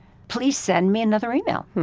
please send me another email.